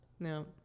No